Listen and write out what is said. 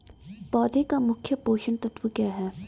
पौधें का मुख्य पोषक तत्व क्या है?